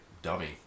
dummy